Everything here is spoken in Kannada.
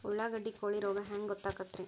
ಉಳ್ಳಾಗಡ್ಡಿ ಕೋಳಿ ರೋಗ ಹ್ಯಾಂಗ್ ಗೊತ್ತಕ್ಕೆತ್ರೇ?